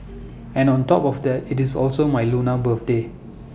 and on top of that IT is also my lunar birthday